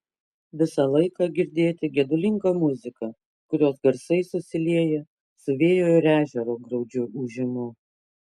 visą laiką girdėti gedulinga muzika kurios garsai susilieja su vėjo ir ežero graudžiu ūžimu